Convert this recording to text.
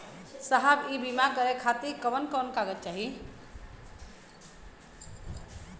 साहब इ बीमा करें खातिर कवन कवन कागज चाही?